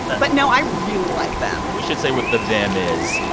but, no, i really like them and we should say what the them is.